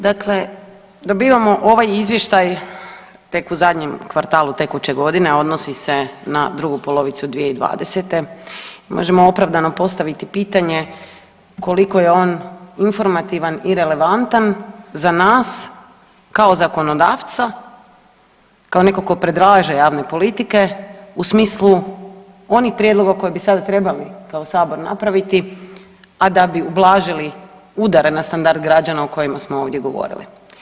Dakle, dobivamo ovaj izvještaj tek u zadnjem kvartalu tekuće godine, a odnosi se na drugu polovicu 2020. i možemo opravdano postaviti pitanje koliko je on informativan i relevantan za nas kao zakonodavca, kao neko ko predlaže javne politike u smislu onih prijedloga koji bi sada trebali kao Sabor napraviti, a da bi ublažili udare na standard građana o kojima smo ovdje govorili.